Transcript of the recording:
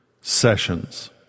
sessions